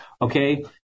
Okay